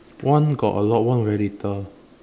one got a lot one very little